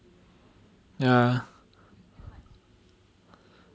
ya